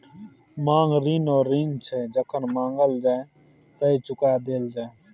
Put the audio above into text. मांग ऋण ओ ऋण छै जे जखन माँगल जाइ तए चुका देल जाय